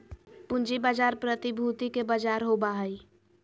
पूँजी बाजार प्रतिभूति के बजार होबा हइ